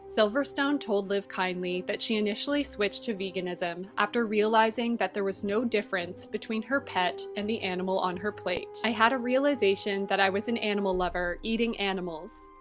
silverstone told livekindly, that she initially switched to veganism after realizing that there was no difference between her pet and the animal on her plate. i had a realization that i was an animal lover eating animals,